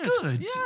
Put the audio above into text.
good